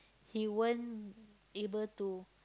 he won't able to